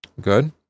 Good